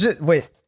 wait